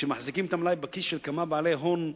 שכשמחזיקים את המלאי בכיס של כמה בעלי הון,